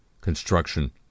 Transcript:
construction